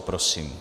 Prosím.